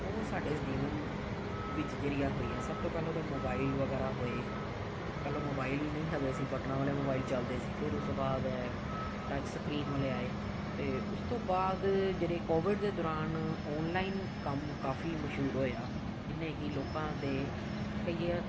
ਉਹ ਸਾਡੇ ਜੀਵਨ ਵਿੱਚ ਜ਼ਰੀਆ ਹੋਈਆਂ ਸਭ ਤੋਂ ਪਹਿਲਾਂ ਉਹ ਮੋਬਾਈਲ ਵਗੈਰਾ ਹੋਏ ਪਹਿਲਾਂ ਮੋਬਾਈਲ ਨਹੀਂ ਹੈਗੇ ਸੀ ਬਟਣਾ ਵਾਲੇ ਮੋਬਾਈਲ ਚਲਦੇ ਸੀ ਫਿਰ ਉਸ ਤੋਂ ਬਾਅਦ ਹੈ ਟੱਚ ਸਕਰੀਨ ਵਾਲੇ ਆਏ ਅਤੇ ਉਸ ਤੋਂ ਬਾਅਦ ਜਿਹੜੇ ਕੋਵਿਡ ਦੇ ਦੌਰਾਨ ਔਨਲਾਈਨ ਕੰਮ ਕਾਫ਼ੀ ਮਸ਼ਹੂਰ ਹੋਇਆ ਜਿਹਨੇ ਕਿ ਲੋਕਾਂ ਦੇ ਕਈ ਆ